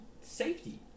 Safety